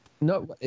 No